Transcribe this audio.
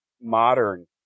modern